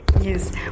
Yes